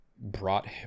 brought